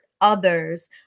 others